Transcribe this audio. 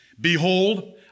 Behold